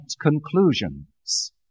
conclusions